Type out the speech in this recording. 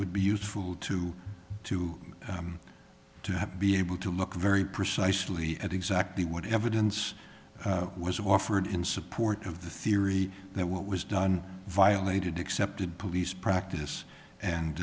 would be useful to to to have to be able to look very precisely at exactly what evidence was offered in support of the theory that what was done violated accepted police practice and